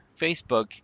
Facebook